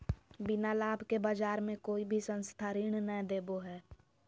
बिना लाभ के बाज़ार मे कोई भी संस्था ऋण नय देबो हय